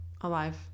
Alive